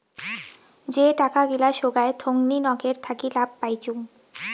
যে টাকা গিলা সোগায় থোঙনি নকের থাকি লাভ পাইচুঙ